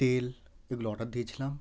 তেল এগুলো অর্ডার দিয়েছিলাম